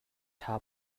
ṭha